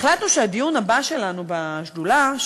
החלטנו שהדיון הבא שלנו בשדולה,